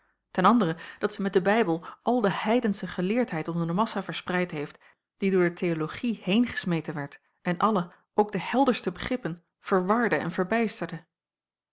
ten andere dat zij met den bijbel al de heidensche geleerdheid onder de massa verspreid heeft die door de theologie heengesmeten werd en alle ook de helderste begrippen verwarde en verbijsterde